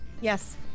Yes